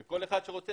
וכל אחד שרוצה,